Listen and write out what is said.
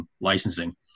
Licensing